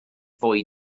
fwy